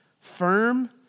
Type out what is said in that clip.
firm